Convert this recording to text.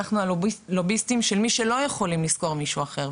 אנחנו הלוביסטים של מי שלא יכולים לשכור מישהו אחר.